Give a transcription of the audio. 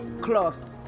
cloth